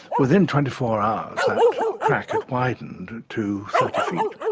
within twenty four hours that crack had widened to thirty feet,